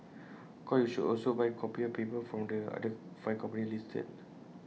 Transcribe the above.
of course you should also buy copier paper from the other five companies listed